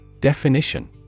Definition